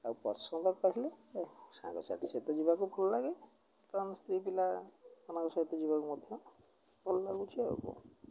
ଆଉ ପସନ୍ଦ କହିଲେ ସାଙ୍ଗସାଥି ସହିତ ଯିବାକୁ ଭଲ ଲାଗେ ଆଉ ସ୍ତ୍ରୀ ପିଲାମାନଙ୍କ ସହିତ ଯିବାକୁ ମଧ୍ୟ ଭଲ ଲାଗୁଛି ଆଉ